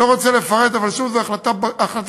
אני לא רוצה לפרט, אבל שוב, זו החלטת בג"ץ